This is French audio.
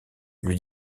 lui